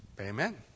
Amen